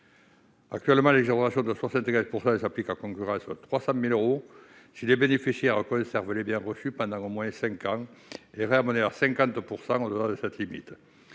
Actuellement, l'exonération de 75 % s'applique à concurrence de 300 000 euros si les bénéficiaires conservent les biens reçus pendant au moins cinq ans, et est ramenée à 50 % au-delà de cette limite.